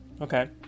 Okay